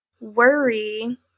worry